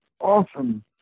awesome